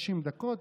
ב-60 דקות,